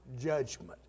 judgment